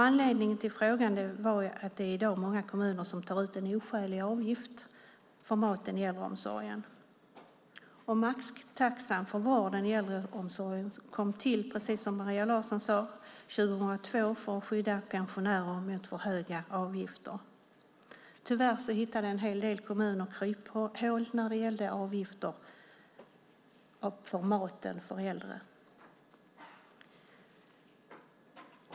Anledningen till frågan var att det i dag är många kommuner som tar ut en oskälig avgift för maten i äldreomsorgen. Maxtaxan för vården i äldreomsorgen inrättades, precis som Maria Larsson sade, 2002 för att skydda pensionärer mot för höga avgifter. Tyvärr hittade en hel del kommuner kryphål när det gällde avgifter för maten för äldre.